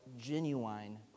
genuine